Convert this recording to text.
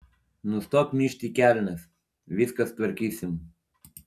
nustok myžt į kelnes viską sutvarkysim